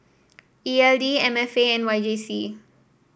E L D M F A and Y J C